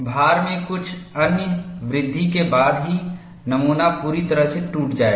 भार में कुछ अन्य वृद्धि के बाद ही नमूना पूरी तरह से टूट जाएगा